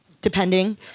depending